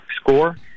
score